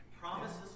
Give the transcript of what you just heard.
promises